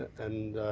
and